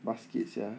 basket sia